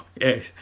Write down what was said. yes